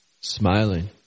smiling